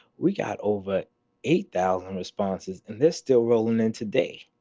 we got over eight thousand responses. and this still rolling in today.